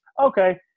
okay